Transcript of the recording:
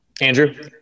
Andrew